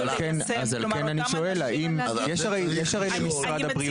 אז לכן אני שואל, יש הרי למשרד הבריאות נתונים.